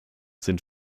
sind